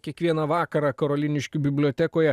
kiekvieną vakarą karoliniškių bibliotekoje